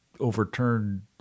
overturned